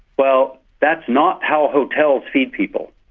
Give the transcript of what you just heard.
well, that's not how hotels feed people.